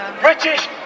British